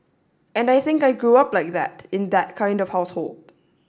and I think I grew up like that in that kind of household